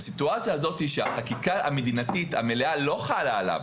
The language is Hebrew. בסיטואציה הזאת שהחקיקה המדינתית המלאה לא חלה עליו,